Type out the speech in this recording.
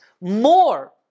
more